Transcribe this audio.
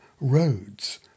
roads